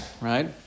right